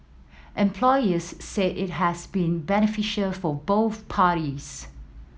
employers said it has been beneficial for both parties